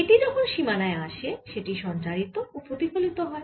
এটি যখন সীমানায় আসে সেটি সঞ্চারিত ও প্রতিফলিত হয়